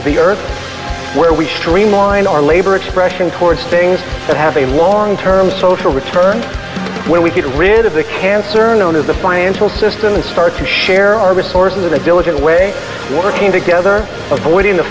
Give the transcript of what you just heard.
of the earth where we streamline our labor expression for things that have a long term social return when we get rid of the cancer known as the financial system and start to share our resources of a diligent way working together avoiding the